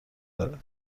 دارد